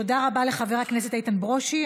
תודה רבה לחבר הכנסת איתן ברושי.